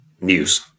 news